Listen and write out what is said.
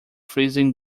freezing